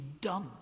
done